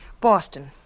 Boston